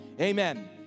amen